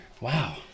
Wow